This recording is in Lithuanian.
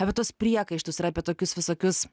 apie tuos priekaištus ir apie tokius visokius